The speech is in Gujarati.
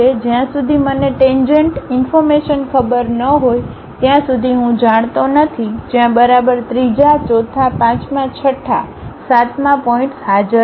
જ્યાં સુધી મને ટેન્જેન્ટ ઇન્ફોર્મેશન ખબર ન હોય ત્યાં સુધી હું જાણતો નથી જ્યાં બરાબર ત્રીજા ચોથા પાંચમા છઠ્ઠા સાતમા પોઇન્ટ્સ હાજર છે